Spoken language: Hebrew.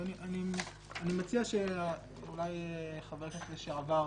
מניח שהוא מדבר בשם חבר הכנסת טיבי.